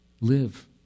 live